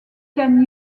can